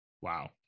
Wow